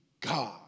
God